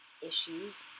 issues